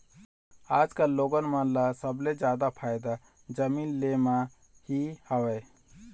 आजकल लोगन मन ल सबले जादा फायदा जमीन ले म ही हवय